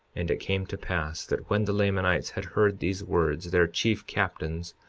and it came to pass that when the lamanites had heard these words, their chief captains,